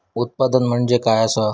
उत्पादन म्हणजे काय असा?